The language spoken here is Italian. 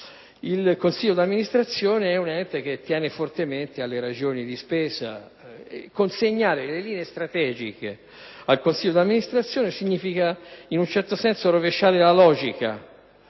Il consiglio di amministrazione è un organo che tiene fortemente alle ragioni di spesa. Consegnare le linee strategiche al consiglio di amministrazione significa rovesciare la logica,